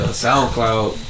SoundCloud